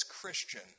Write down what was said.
Christian